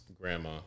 grandma